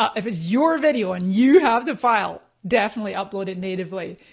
ah if it's your video and you have the file, definitely upload it natively.